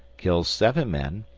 kills seven men,